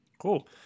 Cool